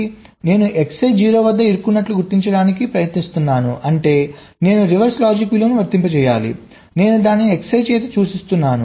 నేను Xi 0 వద్ద ఇరుక్కున్నట్లు గుర్తించడానికి ప్రయత్నిస్తున్నాను అంటే నేను రివర్స్ లాజిక్ విలువను వర్తింపజేయాలి నేను దానిని Xi చేత సూచిస్తున్నాను